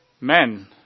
Men